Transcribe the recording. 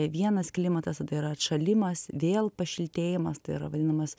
vienas klimatas tai yra atšalimas vėl pašiltėjimas tai yra vadinamas